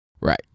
right